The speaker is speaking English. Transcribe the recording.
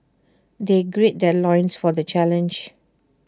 they gird their loins for the challenge